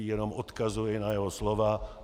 Jenom odkazuji na jeho slova.